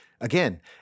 again